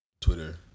Twitter